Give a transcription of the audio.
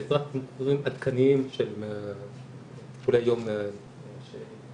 בעזרת תמחורים עדכניים של טיפולי יום ייעודיים